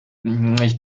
ich